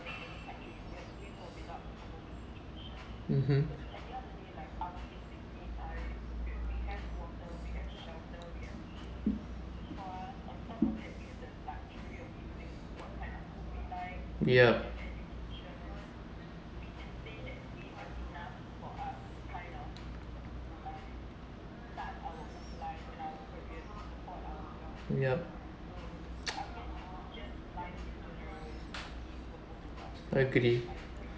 mmhmm yup yup agree